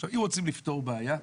עכשיו, אם רוצים לפתור בעיה,